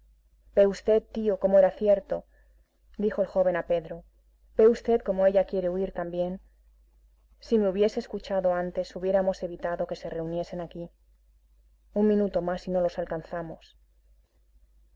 ve usted tío como era cierto dijo el joven a pedro ve usted como ella quiere huir también si me hubiese escuchado antes hubiéramos evitado que se reuniesen aquí un minuto más y no los alcanzamos